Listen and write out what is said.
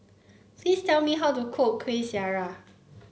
please tell me how to cook Kuih Syara